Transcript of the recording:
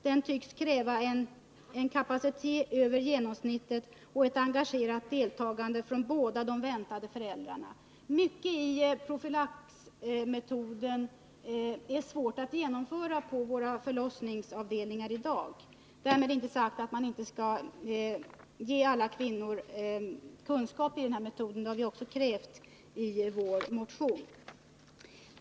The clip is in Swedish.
Den tycks kräva en kapacitet över genomsnittet och ett engagerat deltagande från båda de väntande föräldrarna. Mycket i psykoprofylaxmetoden är svårt att genomföra på våra förlossningsavdelningar i dag. Därmed inte sagt att man inte skall ge alla kvinnor kunskaper om den här metoden. Det har vi också krävt i vår motion.